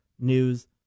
news